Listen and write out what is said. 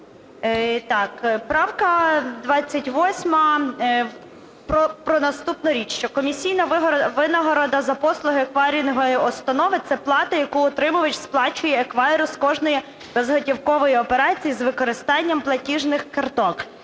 Г.І. Правка 28 про наступну річ, що комісійна винагорода за послуги еквайрингової установи – це плата, яку отримувач сплачує еквайру з кожної безготівкової операції з використанням платіжних карток